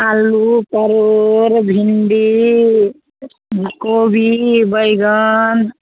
आलू परोड़ भिन्डी फुलकोबी बैंगन